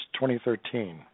2013